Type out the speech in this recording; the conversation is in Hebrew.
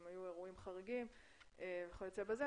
אם היו אירועים חריגים וכיוצא בזה.